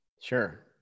Sure